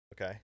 Okay